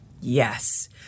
Yes